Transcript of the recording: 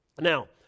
now